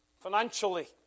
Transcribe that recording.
Financially